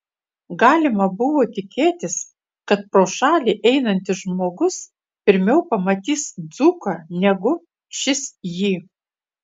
galima buvo tikėtis kad pro šalį einantis žmogus pirmiau pamatys dzūką negu šis jį